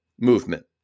movement